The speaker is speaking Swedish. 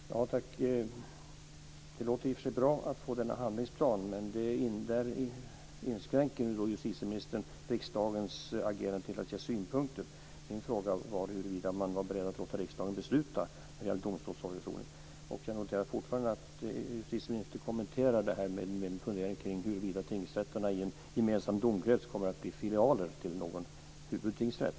Fru talman! Tack, det låter i och för sig bra att få denna handlingsplan, men justitieministern inskränker riksdagens agerande till att ge synpunkter. Min fråga var huruvida man var beredd att låta riksdagen besluta när det gäller domstolsorganisationen. Jag noterar att justitieministern fortfarande inte kommenterar min fundering kring huruvida tingsrätterna i en gemensam domkrets kommer att bli filialer till en huvudtingsrätt.